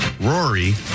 Rory